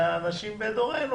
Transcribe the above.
לאנשים בדורנו,